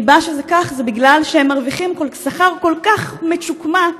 הסיבה שזה כך היא שהם מרוויחים שכר כל כך מצ'וקמק,